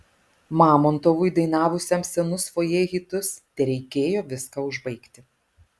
mamontovui dainavusiam senus fojė hitus tereikėjo viską užbaigti